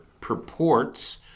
purports